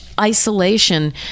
isolation